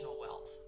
wealth